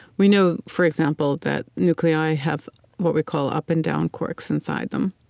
we know, for example, that nuclei have what we call up and down quarks inside them.